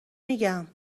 میگم